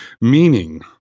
meaning